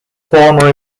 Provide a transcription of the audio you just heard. former